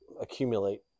accumulate